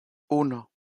uno